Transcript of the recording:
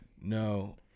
No